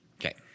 Okay